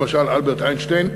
למשל, אלברט איינשטיין,